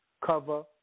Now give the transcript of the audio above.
cover